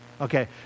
Okay